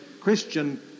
Christian